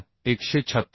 म्हणून 136